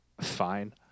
fine